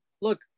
Look